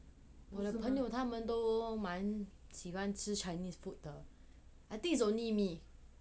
我的朋友他们都蛮喜欢吃 chinese food 的 I think is only me